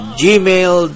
gmail